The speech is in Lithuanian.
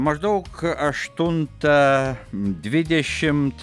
maždaug aštuntą dvidešimt